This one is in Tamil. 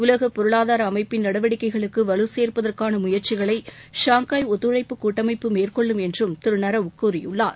உலக பொருளாதார அமைப்பின் நடவடிக்கைகளுக்கு வலு சே்ப்பதற்கான முயற்சிகளை ஷாங்காய் கூட்டமைப்பு மேற்கொள்ளும் என்றும் திரு நரவ் கூறியுள்ளார்